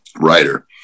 writer